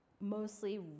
mostly